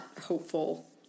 hopeful